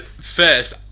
First